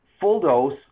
full-dose